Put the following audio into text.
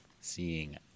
Seeing